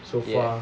ya